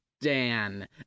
Dan